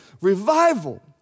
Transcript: revival